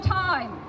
time